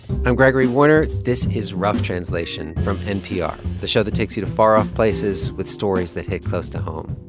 i'm gregory warner. this is rough translation from npr, the show that takes you to far-off places with stories that hit close to home.